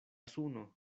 suno